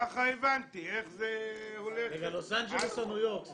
רגע, בלוס אנג'לס או בניו יורק?